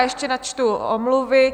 Ještě načtu omluvy.